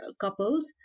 couples